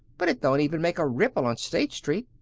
but it don't even make a ripple on state street.